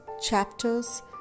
Chapters